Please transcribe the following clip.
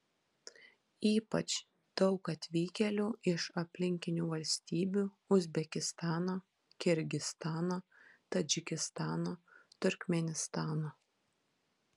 ypač daug atvykėlių iš aplinkinių valstybių uzbekistano kirgizstano tadžikistano turkmėnistano